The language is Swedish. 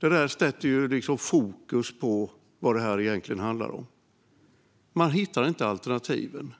Detta sätter fokus på vad det egentligen handlar om. Man hittar inte alternativen.